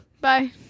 Bye